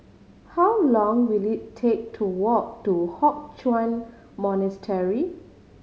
how long will it take to walk to Hock Chuan Monastery